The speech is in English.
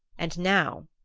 and now,